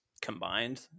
combined